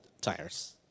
tires